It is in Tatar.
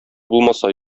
булмаса